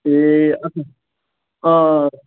ए